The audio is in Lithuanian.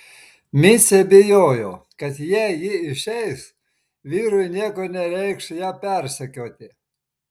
micė bijojo kad jei ji išeis vyrui nieko nereikš ją persekioti